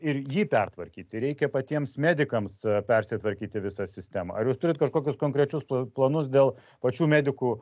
ir jį pertvarkyti reikia patiems medikams persitvarkyti visą sistemą ar jūs turit kažkokius konkrečius planus dėl pačių medikų